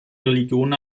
religion